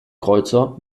kreuzer